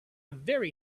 very